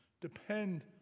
depend